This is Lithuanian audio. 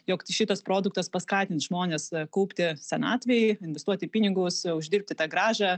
jog šitas produktas paskatins žmones kaupti senatvei investuoti pinigus uždirbti tą grąžą